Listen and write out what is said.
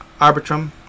Arbitrum